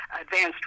advanced